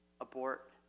abort